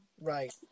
Right